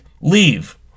leave